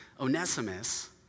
Onesimus